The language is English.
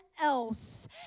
else